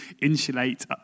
insulate